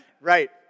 right